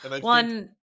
One